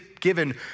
given